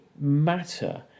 matter